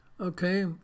okay